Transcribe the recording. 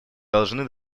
должны